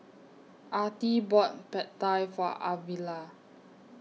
Artie bought Pad Thai For Arvilla